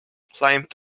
climbed